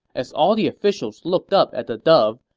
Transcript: as all the officials looked up at the dove,